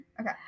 Okay